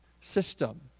system